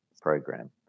program